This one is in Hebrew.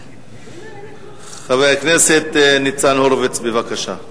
חבר הכנסת ניצן הורוביץ, בבקשה.